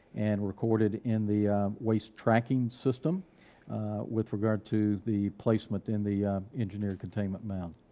and recorded in the waste tracking system with regard to the placement in the engineered containment mound.